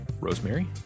rosemary